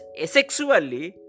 asexually